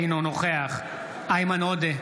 אינו נוכח איימן עודה,